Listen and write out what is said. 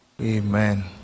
amen